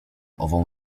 ową